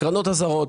הקרנות הזרות.